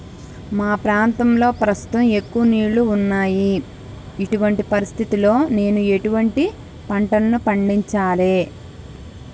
మా ప్రాంతంలో ప్రస్తుతం ఎక్కువ నీళ్లు ఉన్నాయి, ఇటువంటి పరిస్థితిలో నేను ఎటువంటి పంటలను పండించాలే?